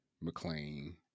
McLean